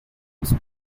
was